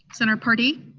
senator paradee?